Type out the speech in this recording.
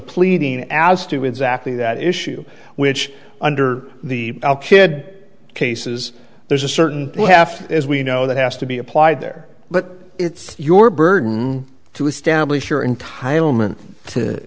pleading as to exactly that issue which under the kid cases there's a certain half as we know that has to be applied there but it's your burden to establish your entire to